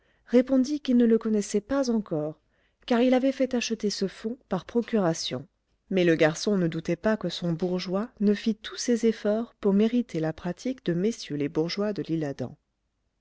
répondit qu'il ne le connaissait pas encore car il avait fait acheter ce fonds par procuration mais le garçon ne doutait pas que son bourgeois ne fit tous ses efforts pour mériter la pratique de mm les bourgeois de lîle adam